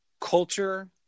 culture